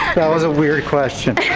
that was a weird question.